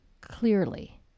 clearly